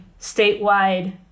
statewide